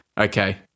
okay